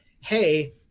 Hey